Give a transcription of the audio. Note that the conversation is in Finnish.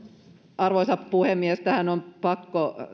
arvoisa puhemies tähän on pakko